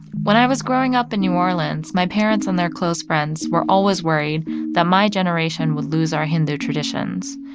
when i was growing up in new orleans, my parents and their close friends were always worried that my generation would lose our hindu traditions.